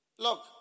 Look